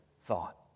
thought